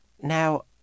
Now